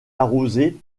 arrosée